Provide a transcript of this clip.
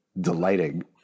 Delighting